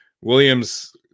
Williams